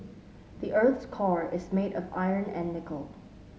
the earth's core is made of iron and nickel